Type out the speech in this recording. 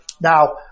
Now